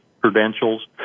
credentials